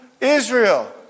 Israel